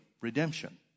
redemption